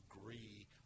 agree